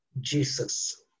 Jesus